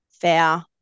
fair